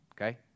okay